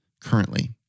currently